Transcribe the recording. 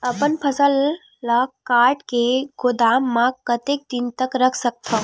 अपन फसल ल काट के गोदाम म कतेक दिन तक रख सकथव?